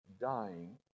Dying